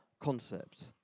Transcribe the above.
concept